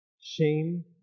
Shame